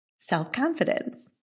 self-confidence